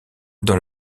dans